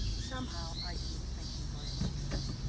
somehow i didn't think he would, she said.